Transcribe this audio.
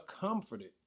comforted